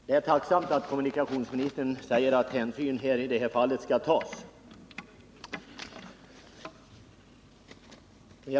Herr talman! Jag noterar tacksamt att kommunikationsministern säger att de hänsyn jag talat om skall tas.